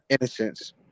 innocence